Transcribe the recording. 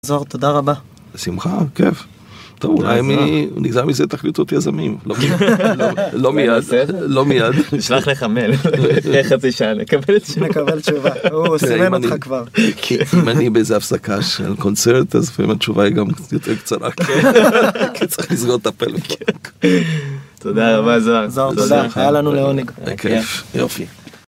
זוהר תודה רבה. בשמחה כיף נגזר מזה תחליטות יזמים לא מייד לא מייד, נשלח לך מייל, אחרי חצי שעה נקבל תשובה, נקבל תשובה. כי הוא סימן אותך כבר.. אם אני באיזה הפסקה של קונצרט אז אם התשובה היא גם קצת יותר קצרה (צחוק) כי צריך לסגור לטפל בה.. תודה רבה זוהר. זוהר תודה, זה היה לנו לעונג, בכיף יופי.